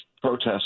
protests